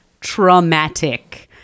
traumatic